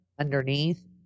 underneath